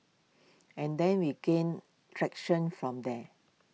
and then we gained traction from there